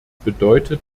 bedeutet